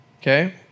Okay